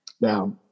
Now